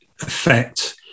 affect